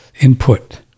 input